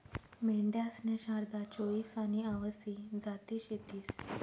मेंढ्यासन्या शारदा, चोईस आनी आवसी जाती शेतीस